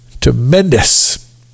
tremendous